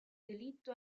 delitto